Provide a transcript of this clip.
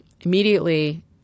Immediately